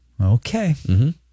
Okay